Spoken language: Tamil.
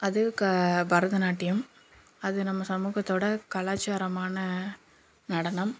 அது க பரதநாட்டியம் அது நம்ம சமூகத்தோட கலாச்சாரமான நடனம்